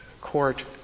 court